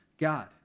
God